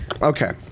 Okay